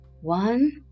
one